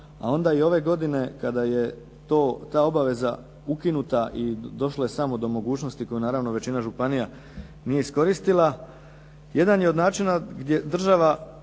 a onda i ove godine kada je ta obaveza ukinuta i došlo je samo do mogućnosti koju naravno većina županija nije iskoristila. Jedan je od načina gdje država